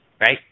right